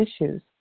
issues